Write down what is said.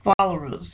followers